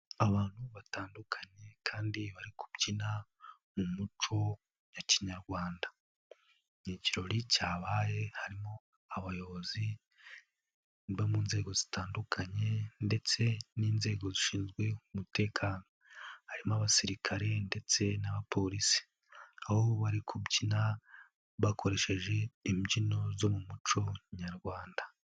Abantu batandukanye kandi bari kubyina mu muco wa kinyarwanda, ni ikirori cyabaye harimo abayobozi bo mu nzego zitandukanye ndetse n'inzego zishinzwe umutekano, harimo abasirikare ndetse n'abapolisi, aho bari kubyina bakoresheje imbyino zo mu muco nyarwanda.